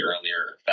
earlier